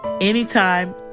anytime